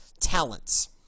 talents